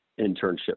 internship